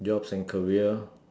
jobs and career